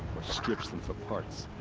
or strips them for parts.